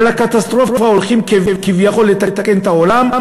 הקטסטרופה הולכים כביכול לתקן את העולם,